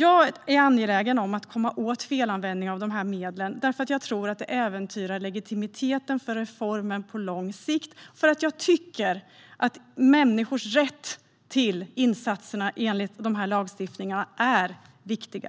Jag är angelägen om att komma åt felanvändning av dessa medel, därför att jag tror att det äventyrar legitimiteten för reformen på lång sikt. Jag tycker nämligen att människors rätt till insatserna enligt dessa lagstiftningar är viktig.